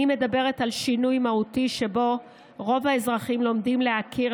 אני מדברת על שינוי מהותי שבו רוב האזרחים לומדים להכיר,